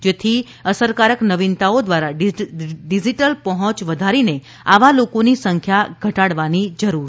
જેથી અસરકારક નવીનતાઓ દ્વારા ડિજિટલ પહોંચ વધારીને આવા લોકોની સંખ્યા ઘટાડવાની જરૂર છે